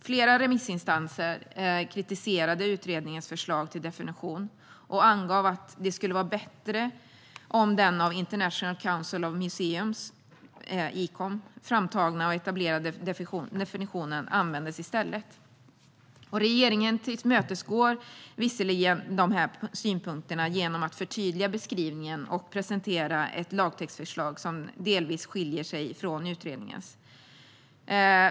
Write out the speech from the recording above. Flera remissinstanser kritiserade utredningens förslag till definition och angav att det skulle vara bättre om den av International Council of Museums, Icom, framtagna och etablerade definitionen användes i stället. Regeringen tillmötesgår visserligen dessa synpunkter genom att förtydliga beskrivningen och presentera ett lagtextförslag som delvis skiljer sig från utredningens.